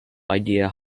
idea